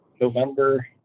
November